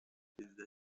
perezida